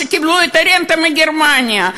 שקיבלו את הרנטה מגרמניה,